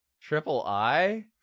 Triple-I